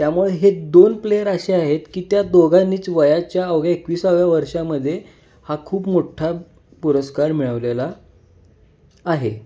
त्यामुळे हे दोन प्लेयर असे आहेत की त्या दोघांनीच वयाच्या अवघ्या एकवीसाव्या वर्षामध्ये हा खूप मोठा पुरस्कार मिळवलेला आहे